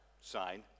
sign